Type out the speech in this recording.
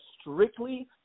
strictly